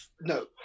no